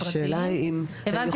אני אומר